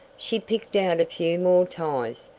she picked out a few more ties,